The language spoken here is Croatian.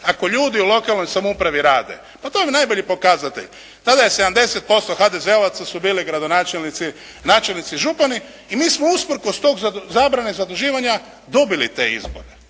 Ako ljudi u lokalnoj samoupravi rade, pa to vam je najbolji pokazatelj. Tada je 70% HDZ-ovaca su bili gradonačelnici, načelnici, župani i mi smo usprkos te zabrane zaduživanja dobili te izbore,